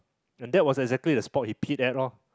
and that was exactly the spot he peed at loh